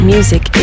music